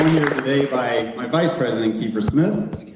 today by my vice president keeper smith,